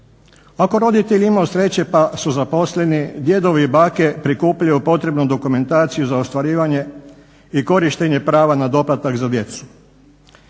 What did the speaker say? Ako roditelji imaju sreće pa su zaposleni, djedovi i bake prikupljaju potrebnu dokumentaciju za ostvarivanje i korištenje prava na doplatak za djecu.